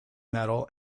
medal